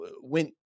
went